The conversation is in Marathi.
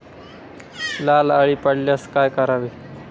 लाल अळी पडल्यास काय करावे?